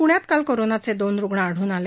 पुण्यात काल कोरोनाचे दोन रुग्ण आढळून आले